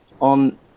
on